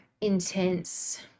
intense